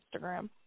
Instagram